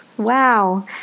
Wow